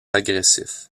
agressif